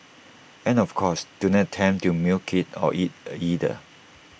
and of course do not attempt to milk IT or eat IT either